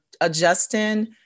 adjusting